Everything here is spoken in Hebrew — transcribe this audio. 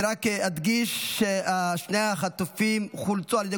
אני רק אדגיש ששני החטופים חולצו על ידי